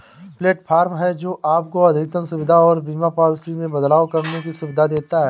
platform है, जो आपको अधिकतम सुविधा और बीमा पॉलिसी में बदलाव करने की सुविधा देता है